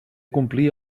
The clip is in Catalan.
complir